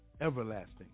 everlasting